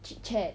chit chat